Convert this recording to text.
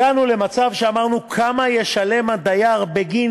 הגענו למצב שאמרנו כמה ישלם הדייר בגין